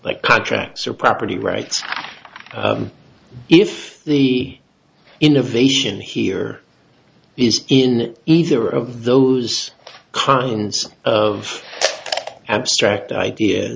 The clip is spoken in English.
like contracts or property rights if the innovation here is in either of those kinds of abstract idea